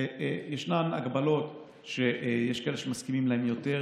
יש הגבלות שיש כאלה שמסכימים להן יותר,